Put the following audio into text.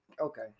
Okay